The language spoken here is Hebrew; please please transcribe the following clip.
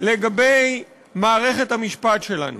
לגבי מערכת המשפטי שלנו.